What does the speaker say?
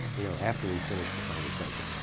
you know, after we finish the conversation.